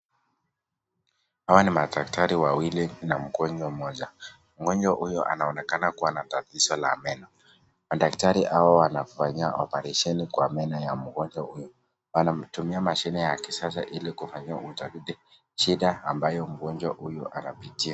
Hawa ni madaktari wa wawili na mgonjwa mmoja, mgonjwa anaonekana kuwa na tatizo la meno madaktari wanafanyia operesheni kwa meno ya mgonjwa huyu wanatumia mashine ya kisasa ili kufanyia utafiti shida ambayo mgonjwa huyu anapitia.